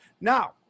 Now